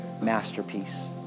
masterpiece